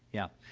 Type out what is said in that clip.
yeah.